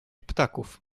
ptaków